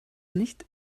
nicht